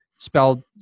Spelled